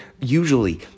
Usually